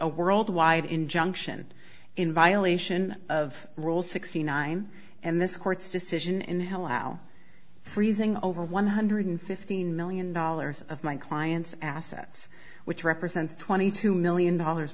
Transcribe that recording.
a world wide injunction in violation of rule sixty nine and this court's decision in hell out freezing over one hundred fifteen million dollars of my client's assets which represents twenty two million dollars